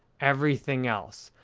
everything else.